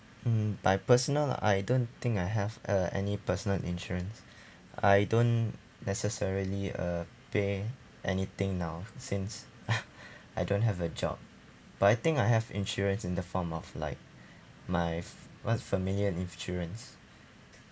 mm by personal I don't think I have uh any personal insurance I don't necessarily uh pay anything now since I don't have a job but I think I have insurance in the form of like my f~ what's familiar in insurance